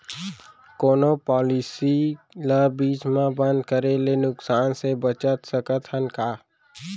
कोनो पॉलिसी ला बीच मा बंद करे ले नुकसान से बचत सकत हन का?